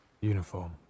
uniform